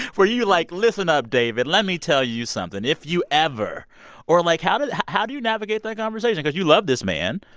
were you, like, listen up, david let me tell you something? if you ever or, like, how do how do you navigate the conversation? because you love this man,